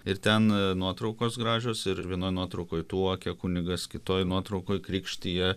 ir ten nuotraukos gražios ir vienoj nuotraukoj tuokė kunigas kitoj nuotraukoj krikštija